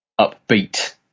upbeat